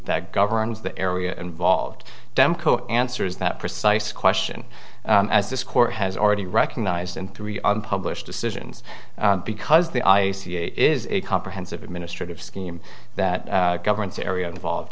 that governs the area involved dam co answers that precise question as this court has already recognized in three un published decisions because the ice is a comprehensive administrative scheme that governs the area involved